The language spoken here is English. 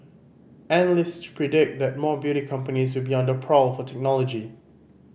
analysts predict that more beauty companies will be on the prowl for technology